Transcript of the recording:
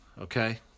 okay